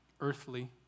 earthly